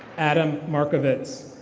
adam markowitz.